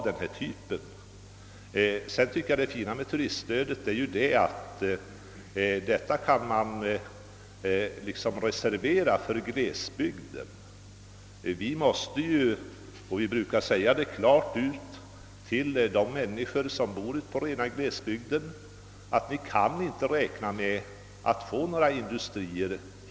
Det fina med turiststödet är ju att det kan reserveras för glesbygden. Vi brukar säga klart ut till de människor som bor i glesbygderna, att de inte kan räkna med att få industrier till sin bygd.